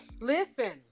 listen